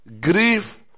grief